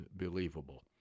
unbelievable